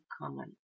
common